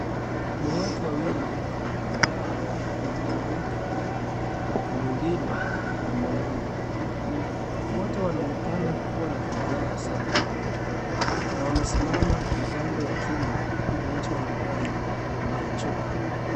Ni watu wawili ambao ni mwanamke na mwingine ni mwanaume, wote wanaonekana kuwa na furaha sana na wamesimama kando ya chumba kinachoonekana ni ya choo.